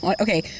Okay